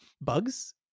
bugs